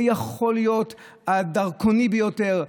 ויכול להיות הדרקוני ביותר,